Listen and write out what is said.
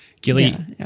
Gilly